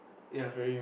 ya